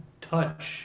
touch